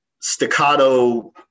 staccato